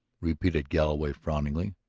repeated galloway frowningly.